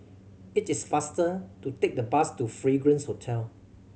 it is faster to take the bus to Fragrance Hotel